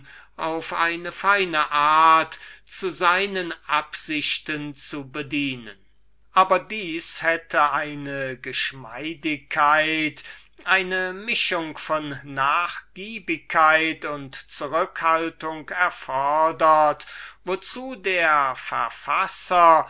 auf eine feine art zu seinen absichten zu bedienen aber das hätte eine geschmeidigkeit eine kluge mischung von nachgiebigkeit und zurückhaltung erfordert wozu der verfasser